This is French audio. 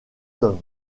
tomes